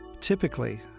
Typically